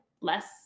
less